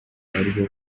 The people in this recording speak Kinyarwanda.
aribo